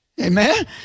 Amen